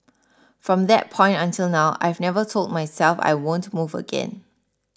from that point until now I've never told myself I won't move again